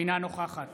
אינה נוכחת